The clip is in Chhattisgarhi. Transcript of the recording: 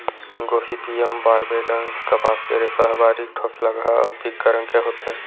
गोसिपीयम बारबेडॅन्स कपास के रेसा ह बारीक, ठोसलगहा अउ फीक्का रंग के होथे